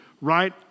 right